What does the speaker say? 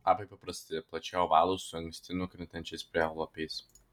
lapai paprasti plačiai ovalūs su anksti nukrintančiais prielapiais